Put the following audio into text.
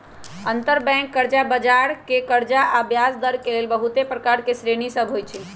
अंतरबैंक कर्जा बजार मे कर्जा आऽ ब्याजदर के लेल बहुते प्रकार के श्रेणि सभ होइ छइ